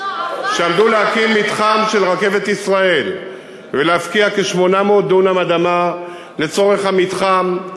שעמדו להקים מתחם של רכבת ישראל ולהפקיע כ-800 דונם אדמה לצורך המתחם,